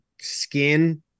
skin